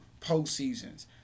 postseasons